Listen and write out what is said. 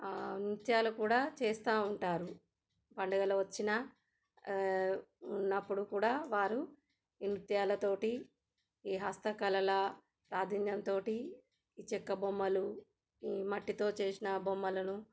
నృత్యాలు కూడా చేస్తూ ఉంటారు పండగల వచ్చినా ఉన్నప్పుడు కూడా వారు నృత్యాలతో ఈ హస్తకళలా ప్రావిణ్యంతో ఈ చెక్క బొమ్మలు ఈ మట్టితో చేసిన బొమ్మలను